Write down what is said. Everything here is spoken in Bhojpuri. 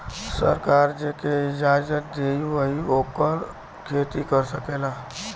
सरकार जेके इजाजत देई वही ओकर खेती कर सकेला